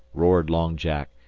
roared long jack.